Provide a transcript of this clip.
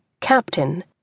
captain